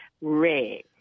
Red